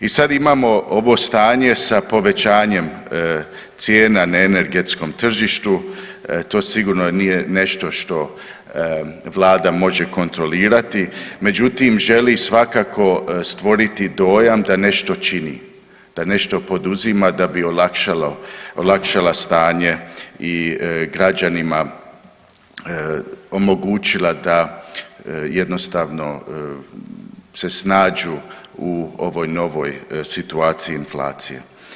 I sad imamo ovo stanje sa povećanjem cijena na energetskom tržištu, to sigurno nije nešto što vlada može kontrolirati, međutim želi svakako stvoriti dojam da nešto čini, da nešto poduzima da bi olakšala stanje i građanima omogućila da jednostavno se snađu u ovoj novoj situaciji inflacije.